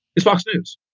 it's fox news